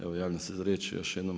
Evo javljam se za riječ još jednom.